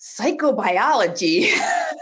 Psychobiology